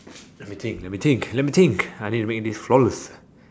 let me think let me think let me think I need to make this flawless